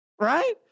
right